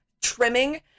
trimming